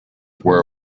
were